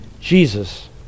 Jesus